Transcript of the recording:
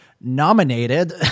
nominated